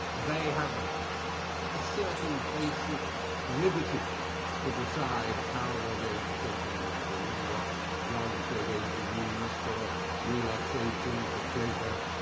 they have a certain basic liberty to decide how they're going to think and imagine and what drugs they're going to use for relaxation, for pleasure,